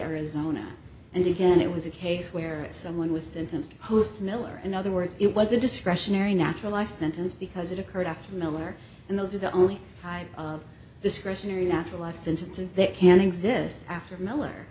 arizona and again it was a case where someone was sentenced post miller in other words it was a discretionary natural life sentence because it occurred after miller and those are the only type of discretionary natural life sentences that can exist after